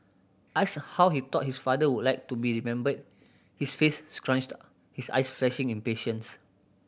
asked how he thought his father would like to be remembered his face scrunched up his eyes flashing impatience